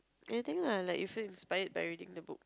anything lah like you feel inspired by reading the book